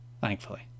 thankfully